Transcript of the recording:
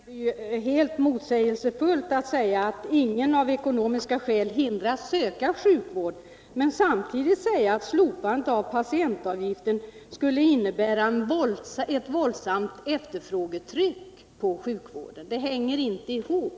Herr talman! Det är, herr Ringaby, helt motsägelsefullt att säga att ingen av ekonomiska skäl hindras att söka sjukvård men samtidigt säga att slopandet av patientavgiften skulle innebära ett våldsamt efterfrågetryck på sjukvården. Det hänger inte ihop.